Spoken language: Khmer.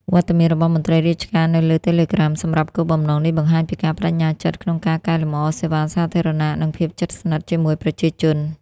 វត្តមានរបស់មន្ត្រីរាជការនៅលើ Telegram សម្រាប់គោលបំណងនេះបង្ហាញពីការប្ដេជ្ញាចិត្តក្នុងការកែលម្អសេវាសាធារណៈ និងភាពជិតស្និទ្ធជាមួយប្រជាជន។